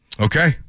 Okay